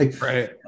Right